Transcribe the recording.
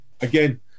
again